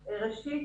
ראשית,